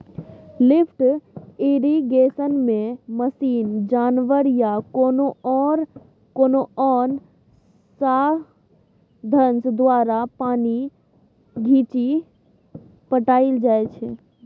lift इरिगेशनमे machine, जानबर या कोनो आन साधंश द्वारा पानि घीचि पटाएल जाइ छै